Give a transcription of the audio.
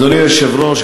אדוני היושב-ראש,